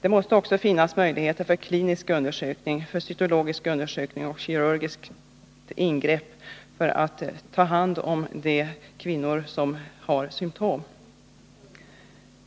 Det måste också finnas möjligheter för klinisk undersökning, cytologisk undersökning och kirurgiskt ingrepp om man skall kunna ta hand om de kvinnor som har symptom.